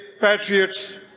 patriots